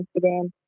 Instagram